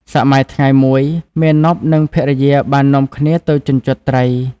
សម័យថ្ងៃមួយ មាណព និងភរិយាបាននាំគ្នាទៅជញ្ជាត់ត្រី។